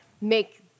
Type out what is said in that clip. make